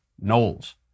Knowles